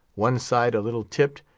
one side a little tipped,